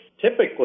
typically